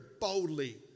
boldly